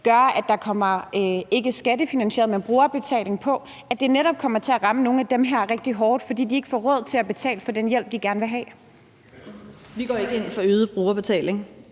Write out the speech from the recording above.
gør, at det ikke bliver skattebetalt, men brugerbetalt, og at det netop kommer til at ramme nogle af dem her rigtig hårdt, fordi de ikke har råd til at betale for den hjælp, de gerne vil have? Kl. 17:18 Fjerde næstformand